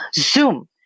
zoom